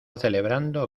celebrando